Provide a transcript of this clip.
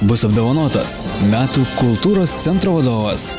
bus apdovanotas metų kultūros centro vadovas